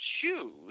choose